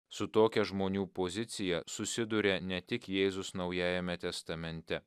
su tokia žmonių pozicija susiduria ne tik jėzus naujajame testamente